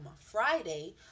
Friday